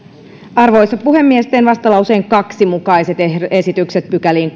arvoisa puhemies teen vastalauseen kaksi mukaiset esitykset toiseen pykälään